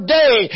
day